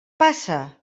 passa